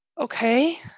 Okay